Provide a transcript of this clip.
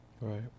Right